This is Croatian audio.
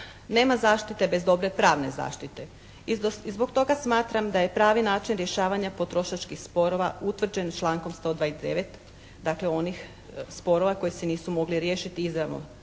nema zaštite bez dobre pravne zaštite. I zbog toga smatram da je pravi način rješavanja potrošačkih sporova utvrđen člankom 129. dakle, onih sporova koji se nisu mogli riješiti izravno